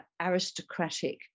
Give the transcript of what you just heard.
aristocratic